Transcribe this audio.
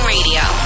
Radio